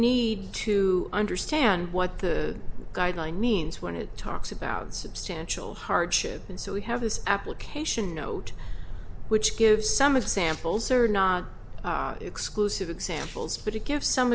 need to understand what the guideline means when it talks about substantial hardship and so we have this application note which gives some of samples are not exclusive examples but to give some